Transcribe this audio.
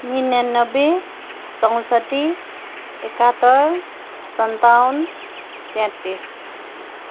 निनानब्बे चौसट्ठी एकहत्तर सन्ताउन्न तेतिस